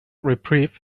reprieve